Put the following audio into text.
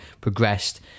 progressed